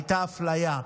הייתה אפליה.